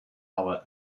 hour